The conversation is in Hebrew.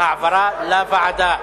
העברה לוועדה.